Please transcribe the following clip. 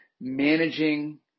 managing